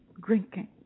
drinking